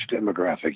demographic